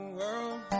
world